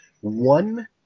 one